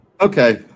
Okay